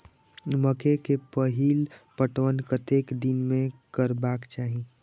मकेय के पहिल पटवन कतेक दिन में करबाक चाही?